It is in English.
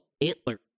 Antler